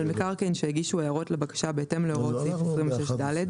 מקרקעין שהגישו הערות לבקשה בהתאם להוראות סעיף 26ד,